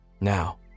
now